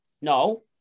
No